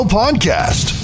podcast